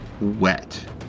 wet